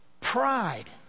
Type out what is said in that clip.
pride